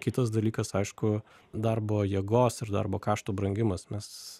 kitas dalykas aišku darbo jėgos ir darbo kašto brangimas mes